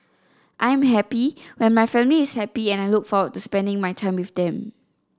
I am happy when my family is happy and I look forward to spending my time with them